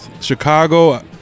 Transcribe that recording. Chicago